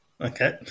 Okay